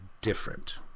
different